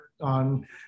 on